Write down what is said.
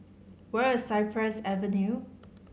where is Cypress Avenue